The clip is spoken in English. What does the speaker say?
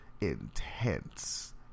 intense